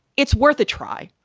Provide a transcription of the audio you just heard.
it's worth a try.